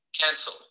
Cancel